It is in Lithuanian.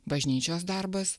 bažnyčios darbas